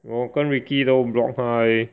我跟 Ricky 都 block 她 leh